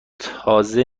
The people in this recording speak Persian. تازه